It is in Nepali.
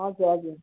हजुर हजुर